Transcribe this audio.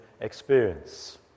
experience